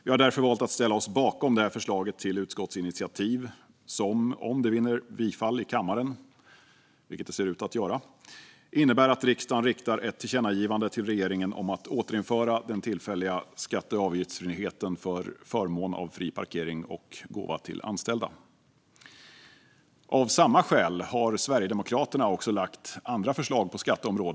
Vi har därför valt att ställa oss bakom detta förslag till utskottsinitiativ som, om det vinner bifall i kammaren, vilket det ser ut att göra, innebär att riksdagen riktar ett tillkännagivande till regeringen om att återinföra den tillfälliga skatte och avgiftsfriheten för förmån av fri parkering och gåva till anställda. Av samma skäl har Sverigedemokraterna också lagt fram andra förslag på skatteområdet.